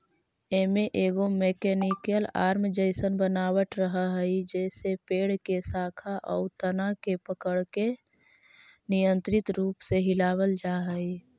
एमे एगो mechanical arm जइसन बनावट रहऽ हई जेसे पेड़ के शाखा आउ तना के पकड़के नियन्त्रित रूप से हिलावल जा हई